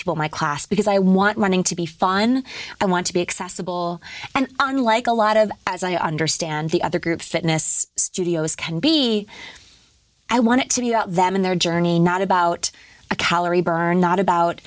people my class because i want running to be fine i want to be accessible and unlike a lot of as i understand the other groups that nests studios can be i want to be out them in their journey not about a calorie burn not about